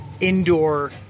indoor